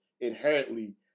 inherently